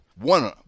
one